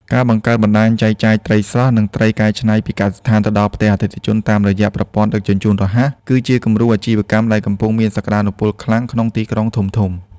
ការបង្កើតបណ្ដាញចែកចាយត្រីស្រស់ និងត្រីកែច្នៃពីកសិដ្ឋានទៅដល់ផ្ទះអតិថិជនតាមរយៈប្រព័ន្ធដឹកជញ្ជូនរហ័ស គឺជាគំរូអាជីវកម្មដែលកំពុងមានសក្ដានុពលខ្លាំងក្នុងទីក្រុងធំៗ។